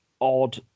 odd